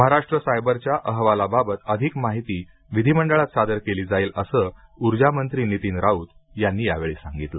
महाराष्ट्र सायबरच्या अहवालाबाबत अधिक माहिती विधीमंडळात सादर केली जाईल असं ऊर्जामंत्री नितीन राऊत यांनी यावेळी सांगितलं